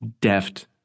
deft